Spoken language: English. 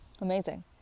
Amazing